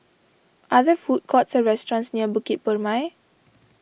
are there food courts or restaurants near Bukit Purmei